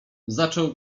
zaczął